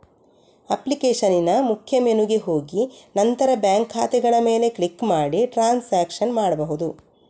ಅಪ್ಲಿಕೇಶನಿನ ಮುಖ್ಯ ಮೆನುಗೆ ಹೋಗಿ ನಂತರ ಬ್ಯಾಂಕ್ ಖಾತೆಗಳ ಮೇಲೆ ಕ್ಲಿಕ್ ಮಾಡಿ ಟ್ರಾನ್ಸಾಕ್ಷನ್ ಮಾಡ್ಬಹುದು